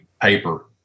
paper